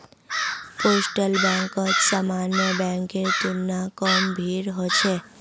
postal बैंकत सामान्य बैंकेर तुलना कम भीड़ ह छेक